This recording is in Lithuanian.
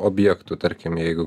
objektų tarkim jeigu